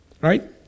Right